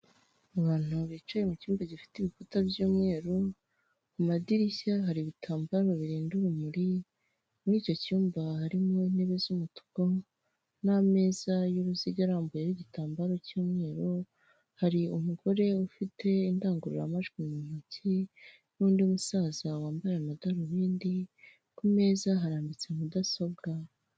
Abantu bicaye mu cyumba gifite ibikuta by'umweru, mu madirishya hari ibitambaro birinda urumuri, muri icyo cyumba harimo intebe z'umutuku n'ameza y'uruziga arambuyeho igitambaro cy'umweru, hari umugore ufite indangururamajwi mu ntoki n'undi musaza wambaye amadarubindi, ku meza harambitse mudasobwa.